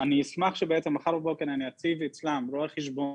אני אשמח שבעצם מחר בבוקר אני אציב אצלם רואה-חשבון